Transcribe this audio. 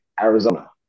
Arizona